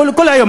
כל היום,